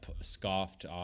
scoffed